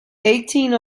eighteen